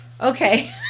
okay